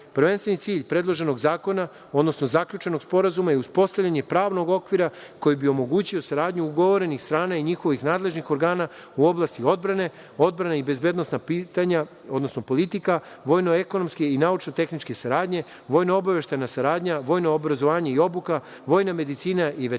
prvenstveni cilj predloženog zakona, odnosno zaključenog sporazuma je uspostavljanje pravnog okvira koji bi omogućio saradnju ugovorenih strana i njihovih nadležnih organa u oblasti odbrane, odbrane i bezbednosna pitanja, odnosno politika, vojno-ekonomske i naučno-tehničke saradnje, vojno-obaveštajna saradnja, vojno obrazovanje i obuka, vojna medicina i veterina, kao